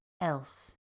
else